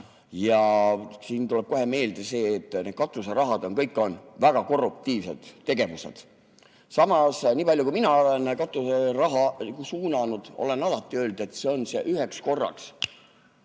Siin tuleb kohe meelde see, et need katuserahad on kõik väga korruptiivsed tegevused. Samas, niipalju kui mina olen katuseraha suunanud, olen alati öelnud, et see on üheks korraks.